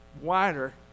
wider